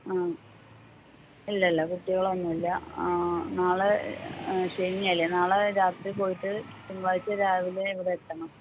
ആ ഇല്ലില്ല കുട്ടികളൊന്നുമില്ല നാളെ ശനിയല്ലേ നാളെ രാത്രി പോയിട്ട് തിങ്കളാഴ്ച രാവിലെ ഇവിടെ എത്തണം